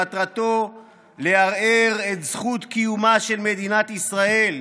שמטרתו לערער את זכות קיומה של מדינת ישראל,